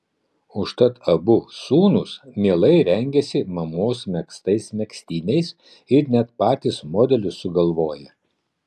užtat abu sūnūs mielai rengiasi mamos megztais megztiniais ir net patys modelius sugalvoja